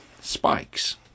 spikes